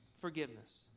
forgiveness